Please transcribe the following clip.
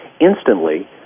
Instantly